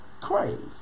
crave